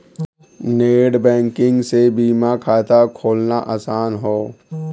net banking से बीमा खाता खोलना आसान हौ